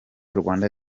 rwanda